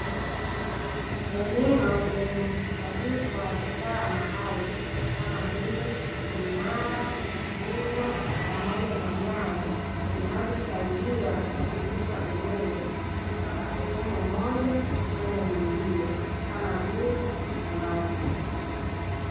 Eneo lenye mkusanyiko wa vifaa maalumu kama vile minara, nguzo pamoja na nyaya zinazosaidia kusafirisha umeme kutoka sehemu moja kwenda nyingine kama vile nyumbani.